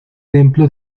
templo